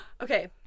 Okay